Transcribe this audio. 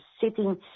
sitting